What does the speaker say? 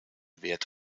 wert